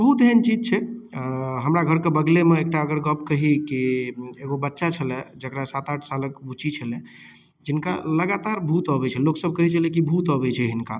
बहुत एहन चीज छै अऽ हमरा घरके बगलेमे एकटा अगर गप कही कि एगो बच्चा छलै जकरा सात आठ सालके बुच्ची छलै जिनका लगातार भूत अबै छलै लोकसब कहै छलै कि भूत अबै छै हिनका